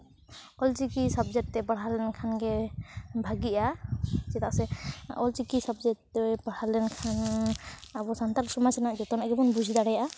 ᱚᱞ Chiki subject ᱛᱮ ᱯᱟᱲᱦᱟᱣ ᱞᱮᱱᱠᱷᱟᱱ ᱜᱮ ᱵᱷᱟᱜᱤᱜᱼᱟ ᱪᱮᱫᱟᱜ ᱥᱮ ᱚᱞ ᱪᱤᱠᱤ ᱥᱟᱵᱡᱮᱠᱴ ᱛᱮ ᱯᱟᱲᱦᱟᱣ ᱞᱮᱱᱠᱷᱟᱱ ᱟᱵᱚ ᱥᱟᱱᱛᱟᱞ ᱥᱚᱢᱟᱡ ᱨᱮᱱᱟᱜ ᱡᱚᱛᱚᱱᱟᱜ ᱜᱮᱵᱚᱱ ᱵᱩᱡ ᱫᱟᱲᱮᱭᱟᱜᱼᱟ